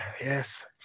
Yes